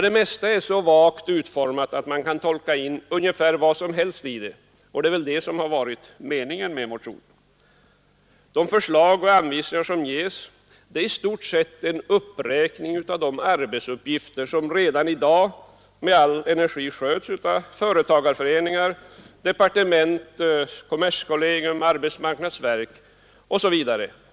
Det mesta är så vagt utformat att man kan tolka in ungefär vad som helst i det — och det är väl detta som har varit meningen med motionen. De förslag och anvisningar som ges är i stort sett en uppräkning av de arbetsuppgifter som redan i dag med all energi sköts av företagarföreningar, departement, kommerskollegium, arbetsmarknadsverk osv.